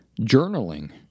Journaling